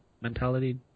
mentality